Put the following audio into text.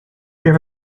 weer